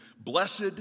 blessed